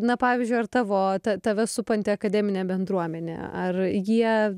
na pavyzdžiui ar tavo tave supanti akademinė bendruomenė ar jie